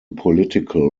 political